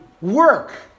work